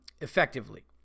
effectively